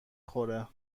خوره